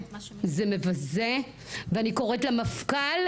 זה מבזה ואני קוראת למפכ"ל,